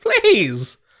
Please